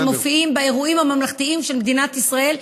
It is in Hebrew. שמופיעים באירועים הממלכתיים של מדינת ישראל,